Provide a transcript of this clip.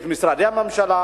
את משרדי הממשלה,